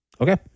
Okay